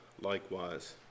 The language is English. likewise